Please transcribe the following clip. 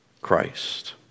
Christ